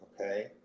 okay